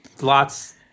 lots